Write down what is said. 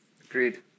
Agreed